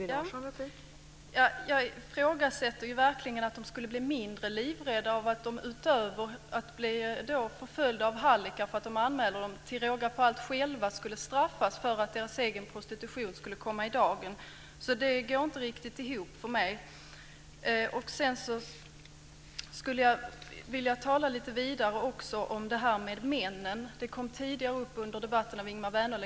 Fru talman! Jag ifrågasätter verkligen att de blir mindre livrädda om de utöver att bli förföljda av hallickar för att de anmäler dem till råga på allt själva straffas för att deras egen prostitution kommer i dagen. Det går inte riktigt ihop för mig. Jag skulle vilja tala vidare om männen. Ingemar Vänerlöv tog upp det tidigare under debatten.